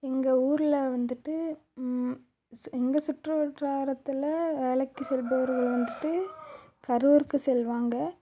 எங்கள் ஊரில் வந்துட்டு எங்கள் சுற்றுவட்டாரத்தில் வேலைக்கு செல்பவர்கள் வந்துட்டு கரூருக்கு செல்வாங்க